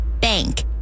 Bank